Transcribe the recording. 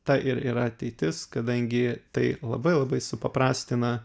ta ir yra ateitis kadangi tai labai labai supaprastina